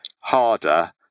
harder